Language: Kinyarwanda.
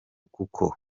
kuko